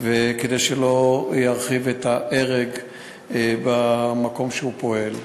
כדי שלא ירחיב את ההרג במקום שבו הוא פועל.